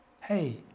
hey